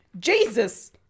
Jesus